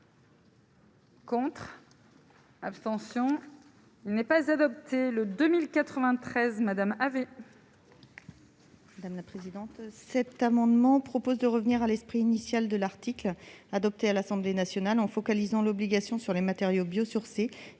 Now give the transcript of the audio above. pour. Abstention : il n'est pas adopté le 2 1093 Madame avait. Madame la présidente, cet amendement propose de revenir à l'esprit initial de l'article adopté à l'Assemblée nationale en focalisant l'obligation sur les matériaux biosourcés